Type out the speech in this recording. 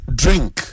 drink